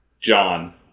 John